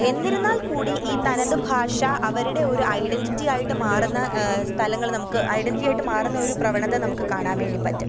എന്നിരിന്നാല്ക്കൂടി ഈ തനത് ഭാഷ അവരുടെ ഒരു ഐഡന്റിറ്റിയായിട്ട് മാറുന്ന സ്ഥലങ്ങൾ നമുക്ക് ഐഡന്റിറ്റിയായിട്ട് മാറുന്ന ഒരു പ്രവണത നമുക്ക് കാണാന് വേണ്ടി പറ്റും